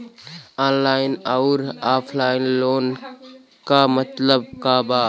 Online अउर offline loan क मतलब का बा?